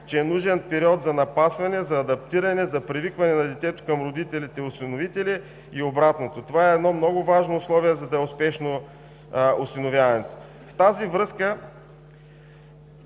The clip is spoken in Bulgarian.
че е нужен период за напасване, за адаптиране, за привикването на детето към родителите – осиновители, и обратното. Това е едно много важно условие, за да е успешно осиновяването. В тази възраст